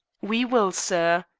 we will, sir,